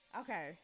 okay